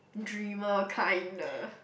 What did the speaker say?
dreamer kind the